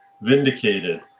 Vindicated